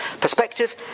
Perspective